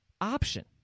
option